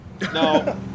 No